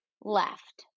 left